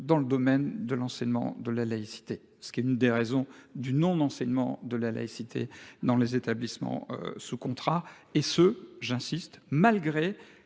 dans le domaine de l'enseignement de la laïcité, ce qui est une des raisons du non-enseignement de la laïcité dans les établissements sous contrat, et ce, j'insiste, malgré